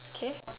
K